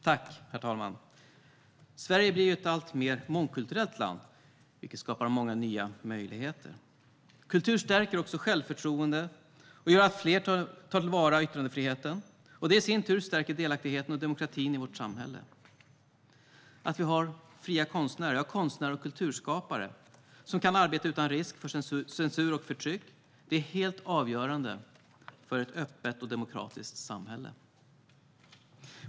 Herr talman! Sverige blir ett alltmer mångkulturellt land, vilket skapar många nya möjligheter. Kultur stärker också självförtroendet och gör att fler tar till vara yttrandefriheten. Detta i sin tur stärker delaktigheten och demokratin i vårt samhälle. Att vi har fria konstnärer och kulturskapare som kan arbeta utan risk för censur och förtryck är helt avgörande för ett öppet och demokratiskt samhälle.